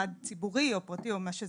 משרד ציבורי, או פרטי, או מה שזה לא יהיה.